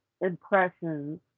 impressions